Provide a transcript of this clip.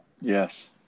Yes